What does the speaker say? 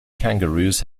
kangaroos